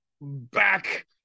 back